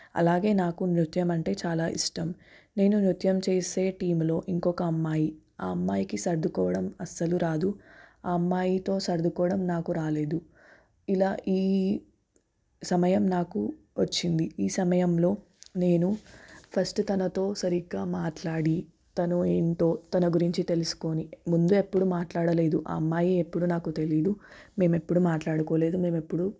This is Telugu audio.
అలాగే నాకు నృత్యం అంటే చాలా ఇష్టం నేను నృత్యం చేసే టీంలో ఇంకొక అమ్మాయి ఆ అమ్మాయికి సర్దుకోవడం అస్సలు రాదు ఆ అమ్మాయితో సర్దుకోవడం నాకు రాలేదు ఇలా ఈ సమయం నాకు వచ్చింది ఈ సమయంలో నేను ఫస్ట్ తనతో సరిగ్గా మాట్లాడి తను ఏంటో తన గురించి తెలుసుకొని ముందు ఎప్పుడూ మాట్లాడలేదు ఆ అమ్మాయి ఎప్పుడూ నాకు తెలియదు మేము ఎప్పుడూ మాట్లాడుకోలేదు మేము ఎప్పుడూ